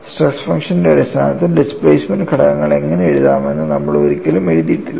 stress ഫംഗ്ഷന്റെ അടിസ്ഥാനത്തിൽ displacement ഘടകങ്ങൾ എങ്ങനെ എഴുതാമെന്ന് നമ്മൾ ഒരിക്കലും എഴുതിയിട്ടില്ല